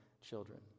children